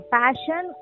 passion